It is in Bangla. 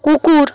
কুকুর